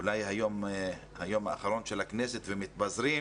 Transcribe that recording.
אולי היום האחרון של הכנסת ומתפזרים.